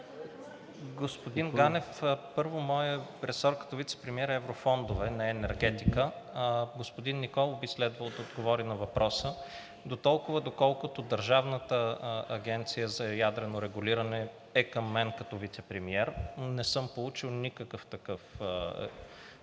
Господин Ганев, първо, моят ресор като вицепремиер е „Еврофондове“, не е „Енергетика“. Господин Николов би следвало да отговори на въпроса. Дотолкова, доколкото Държавната агенция за ядрено регулиране е към мен като вицепремиер, не съм получил никакъв такъв